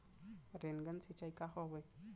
Rain gun सिंचाई का हवय?